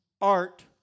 art